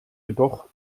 jedoch